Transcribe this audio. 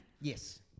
yes